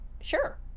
Sure